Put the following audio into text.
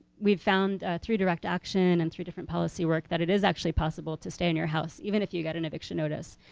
we've found through direct action and through different policy work that it is possible, to stay in your house even if you got an eviction notice.